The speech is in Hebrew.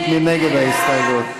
מי בעד ההסתייגות?